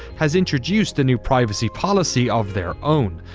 has introduced a new privacy policy of their own.